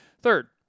Third